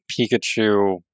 Pikachu